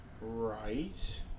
Right